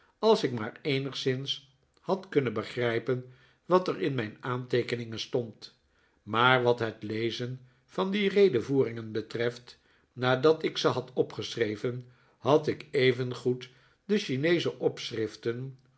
als ik maar eenigszins had kunnen begrijpen wat er in mijn aanteekeningen stond maar wat het lezen van die redevoeringen betreft nadat ik ze had opgeschreven had ik evengoed de chineesche